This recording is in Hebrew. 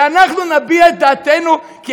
ואנחנו נביע את דעתנו, תגידו את האמת.